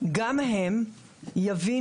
גם הם יבינו,